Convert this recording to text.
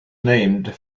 named